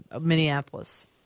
Minneapolis